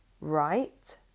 right